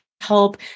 help